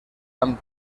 amb